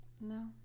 No